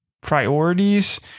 priorities